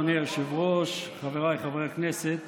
אדוני היושב-ראש, חבריי חברי הכנסת,